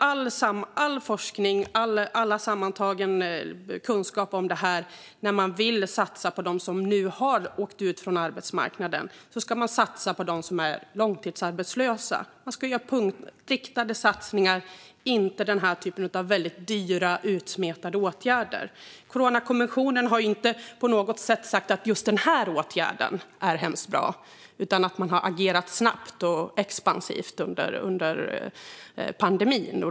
All forskning och all sammantagen kunskap om detta visar att man när man vill satsa på dem som har åkt ut från arbetsmarknaden ska satsa på dem som är långtidsarbetslösa. Man ska göra riktade satsningar och inte denna typ av väldigt dyra och utsmetade åtgärder. Coronakommissionen har inte på något sätt sagt att just denna åtgärd är väldigt bra, utan den har sagt att man har agerat snabbt och expansivt under pandemin.